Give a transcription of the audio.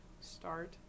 start